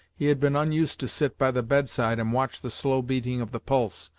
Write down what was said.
he had been unused to sit by the bedside and watch the slow beating of the pulse,